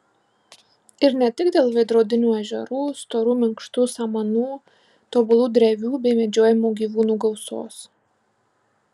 ir ne tik dėl veidrodinių ežerų storų minkštų samanų tobulų drevių bei medžiojamų gyvūnų gausos